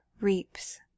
reaps